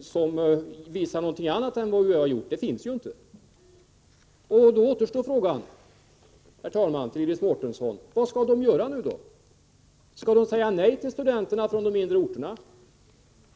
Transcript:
som visar något annat än den UHÄ har gjort, det finns inte. Herr talman! Då återstår frågan till Iris Mårtensson: Vad skall de nu göra vid universiteten? Skall de säga nej till studenter från de mindre orterna?